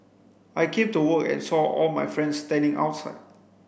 I came to work and saw all my friends standing outside